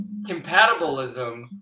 compatibilism